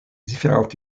différentes